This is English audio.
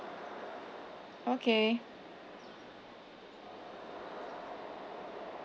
okay